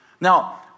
Now